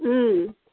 اۭں